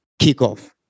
kickoff